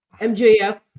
mjf